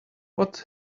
what